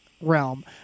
realm